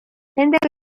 nendega